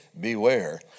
Beware